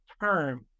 term